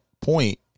point